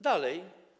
Dalej.